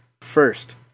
first